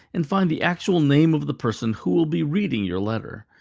and find the actual name of the person who will be reading your letter.